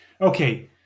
Okay